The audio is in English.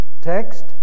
text